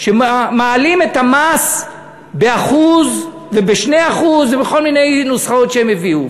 שמעלים את המס ב-1% וב-2% ובכל מיני נוסחאות שהם הביאו,